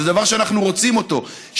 זה דבר שאנחנו רוצים אותו,